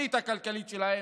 ובתוכנית הכלכלית שלהם,